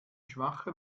schwache